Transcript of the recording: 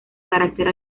carácter